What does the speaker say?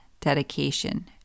dedication